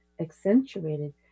accentuated